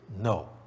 No